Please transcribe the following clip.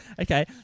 Okay